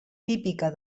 típica